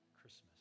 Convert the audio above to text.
Christmas